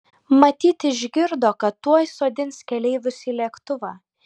matyt išgirdo kad tuoj sodins keleivius į lėktuvą